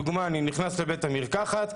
כשאני נכנס לבית מרקחת,